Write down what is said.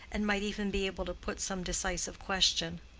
and might even be able to put some decisive question.